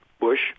Bush